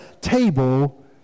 table